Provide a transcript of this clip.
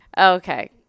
Okay